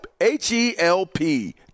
H-E-L-P